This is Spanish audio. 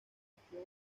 municipio